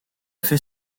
fait